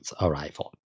arrival